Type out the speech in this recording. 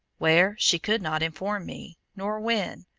where, she could not inform me, nor when,